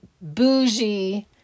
bougie